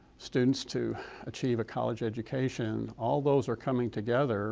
students to to acheive a college education, all those are coming together